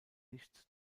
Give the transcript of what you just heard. nicht